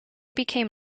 became